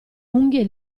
unghie